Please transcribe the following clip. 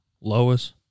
Lois